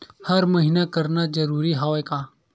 हर महीना करना जरूरी हवय का?